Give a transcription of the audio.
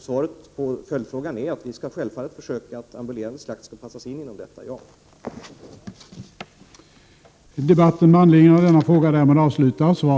Svaret på följdfrågan är att vi självfallet skall försöka se till att ambulerande slakt passas in i kontrollslakteriverksamheten.